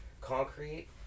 concrete